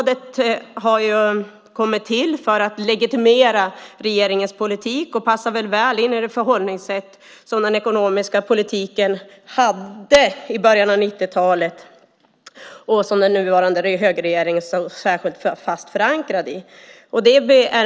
Detta råd kom ju till för att legitimera regeringens politik och passar väl in i det förhållningssätt till den ekonomiska politiken som fanns i början av 90-talet och som den nuvarande högerregeringen står särskilt fast förankrad i.